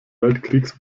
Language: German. weltkriegs